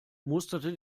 musterte